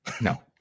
No